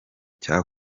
cya